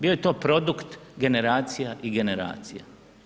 Bio je to produkt generacija i generacija.